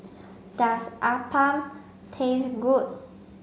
does Appam taste good